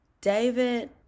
David